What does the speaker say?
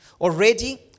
Already